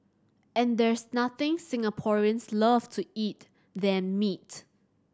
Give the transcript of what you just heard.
and there's nothing Singaporeans love to eat than meat